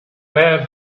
have